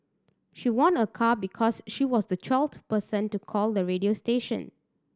she won a car because she was the twelfth person to call the radio station